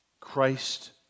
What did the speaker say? Christ